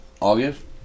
August